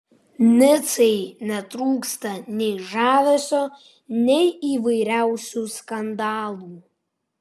nicai netrūksta nei žavesio nei įvairiausių skandalų